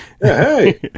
Hey